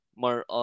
more